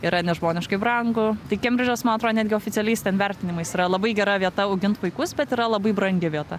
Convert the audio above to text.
yra nežmoniškai brangu tai kembridžas ma atro netgi oficialiais ten vertinimais yra labai gera vieta augint vaikus bet yra labai brangi vieta